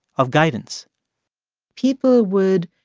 of guidance people would,